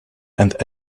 and